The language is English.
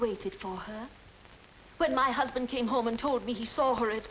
waited for her when my husband came home and told me he saw her